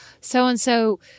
so-and-so